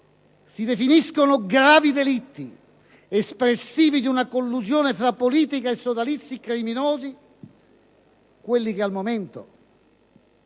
si definiscono "gravi delitti, espressivi di una collusione tra politica e sodalizi criminosi", quelli che al momento,